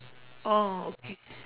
oh okay